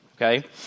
okay